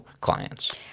clients